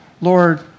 Lord